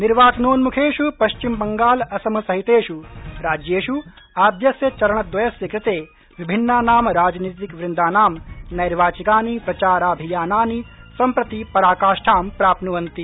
निर्वाचनोन्मुखेषु पश्चिमबंगाल असम सहितेषु राज्येषु आद्यस्य चरणद्वयस्य कृते विभिन्नानां राजनीतिकवृन्दानां नैर्वाचिकानि प्रचाराभियानानि सम्प्रति पराकाष्ठां प्राप्नुवन्ति